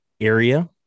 area